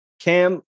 Cam